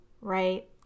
right